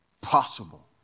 possible